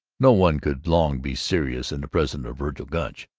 no one could long be serious in the presence of vergil gunch.